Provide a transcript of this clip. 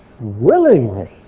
willingly